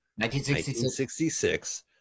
1966